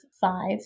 five